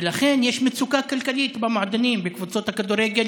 ולכן יש מצוקה כלכלית במועדונים, בקבוצות הכדורגל